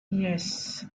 yes